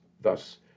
thus